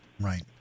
Right